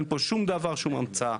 אין פה שום דבר שהוא המצאה.